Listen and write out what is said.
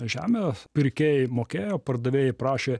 žemę pirkėjai mokėjo pardavėjai prašė